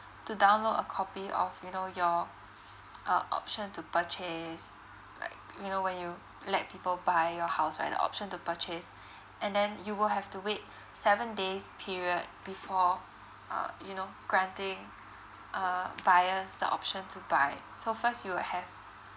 to download a copy of you know your uh option to purchase like you know when you let people buy your house right the option to purchase and then you will have to wait seven days period before uh you know granting uh buyers the option to buy so first you'll have